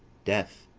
death,